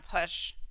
push